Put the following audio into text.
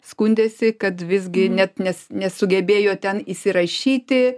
skundėsi kad visgi net nes nesugebėjo ten įsirašyti